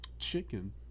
chicken